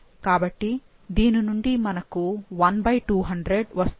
కాబట్టి దీని నుండి మనకు 1200 వస్తుంది